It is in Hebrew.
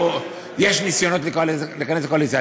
יש ניסיונות להיכנס לקואליציה.